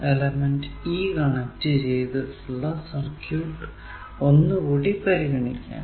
element E connect ചെയ്തിട്ടുള്ള circuit ഒന്ന് കൂടി പരിഗണിക്കാം